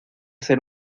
ser